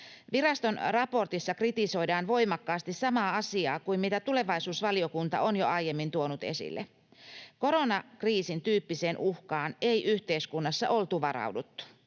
Viraston raportissa kritisoidaan voimakkaasti samaa asiaa kuin mitä tulevaisuusvaliokunta on jo aiemmin tuonut esille: koronakriisin tyyppiseen uhkaan ei yhteiskunnassa oltu varauduttu,